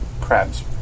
crabs